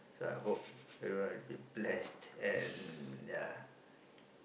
so I hope everyone will get blessed and ya